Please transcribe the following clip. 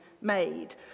made